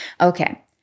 Okay